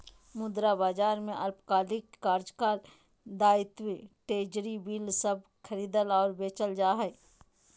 मुद्रा बाजार में अल्पकालिक कार्यकाल दायित्व ट्रेज़री बिल सब खरीदल और बेचल जा हइ